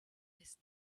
his